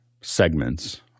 segments